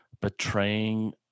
betraying